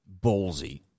ballsy